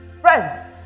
friends